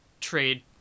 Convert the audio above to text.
trade